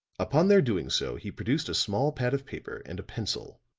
upon their doing so he produced a small pad of paper and a pencil